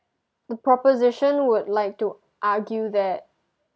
the proposition would like to argue that